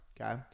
Okay